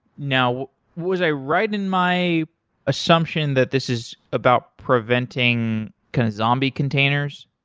now was i right in my assumption that this is about preventing kind of zombie containers?